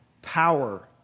power